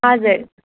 हजुर